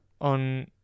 on